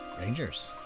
Rangers